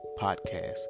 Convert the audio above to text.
podcast